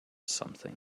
something